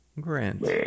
Grant